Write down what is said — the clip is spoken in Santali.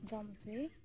ᱡᱚᱢ ᱪᱚᱭᱮ